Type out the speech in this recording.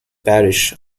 parish